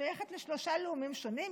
שייכת לשלושה לאומים שונים,